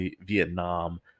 Vietnam